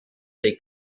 dei